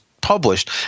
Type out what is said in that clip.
published